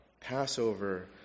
Passover